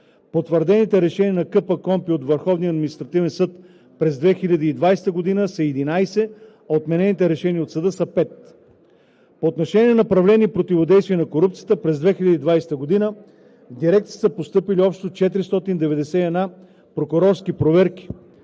Потвърдените решения на КПКОНПИ от Върховния административен съд през 2020 г. са 11, а отменените решения от съда са 5. По отношение на направление „Противодействие на корупцията“ през 2020 г. в Дирекцията са постъпили общо 491 прокурорски проверки,